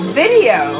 video